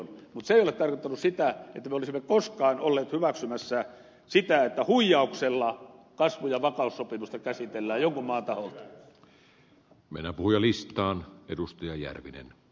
mutta se ei ole tarkoittanut sitä että me olisimme koskaan olleet hyväksymässä sitä että huijauksella kasvu ja vakaussopimusta käsitellään jonkun maan taholta